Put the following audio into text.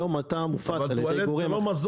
היום אתה מופץ על ידי גורם -- אבל טואלט זה לא מזון,